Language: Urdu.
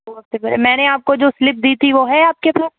او اچھا میں نے آپ کو جو سلپ دی تھی وہ ہے آپ کے پاس